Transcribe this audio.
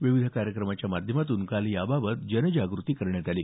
विविध कार्यक्रमाच्या माध्यमातून काल याबाबत जनजाग्रती करण्यात आली